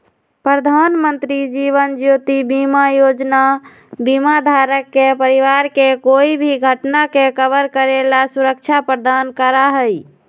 प्रधानमंत्री जीवन ज्योति बीमा योजना बीमा धारक के परिवार के कोई भी घटना के कवर करे ला सुरक्षा प्रदान करा हई